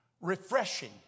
refreshing